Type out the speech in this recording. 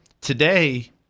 Today